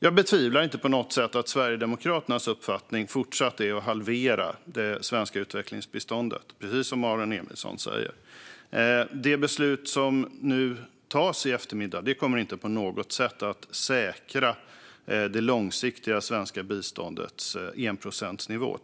Jag betvivlar inte på något sätt att Sverigedemokraternas uppfattning fortsatt är att vi ska halvera det svenska utvecklingsbiståndet, precis som Aron Emilsson säger. Det beslut som nu tas i eftermiddag kommer inte på något sätt att säkra det långsiktiga svenska biståndets enprocentsnivå.